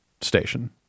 station